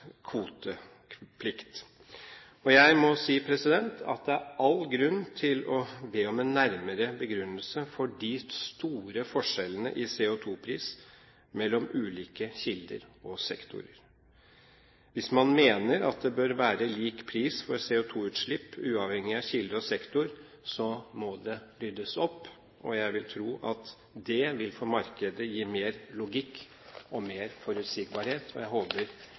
kvoteplikt. Jeg må si at det er all grunn til å be om en nærmere begrunnelse for de store forskjellene i CO2-pris mellom ulike kilder og sektorer. Hvis man mener at det bør være lik pris for CO2-utslipp uavhengig av kilde og sektor, må det ryddes opp. Jeg vil tro at det vil for markedet gi mer logikk og mer forutsigbarhet, og jeg håper